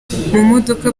modoka